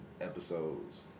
episodes